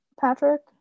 Patrick